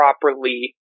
properly